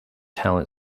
talent